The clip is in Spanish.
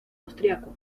austríaco